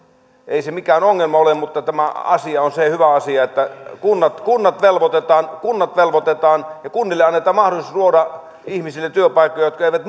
ei se mikään ongelma ole mutta tässä on se hyvä asia että kunnat velvoitetaan kunnat velvoitetaan ja kunnille annetaan mahdollisuus luoda työpaikkoja ihmisille jotka eivät